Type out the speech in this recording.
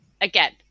Again